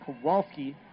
kowalski